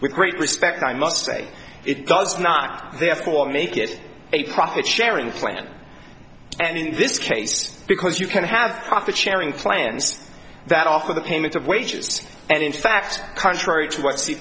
with great respect i must say it does not therefore make it a profit sharing plan and in this case because you can have profit sharing plans that offer the payment of wages and in fact contrary to what c